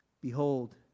Behold